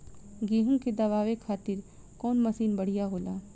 गेहूँ के दवावे खातिर कउन मशीन बढ़िया होला?